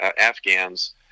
Afghans